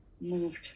moved